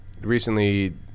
recently